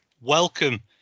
welcome